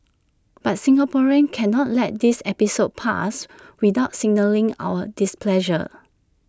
but Singaporeans cannot let this episode pass without signalling our displeasure